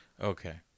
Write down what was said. Okay